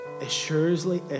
assuredly